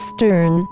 Stern